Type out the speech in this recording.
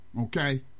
Okay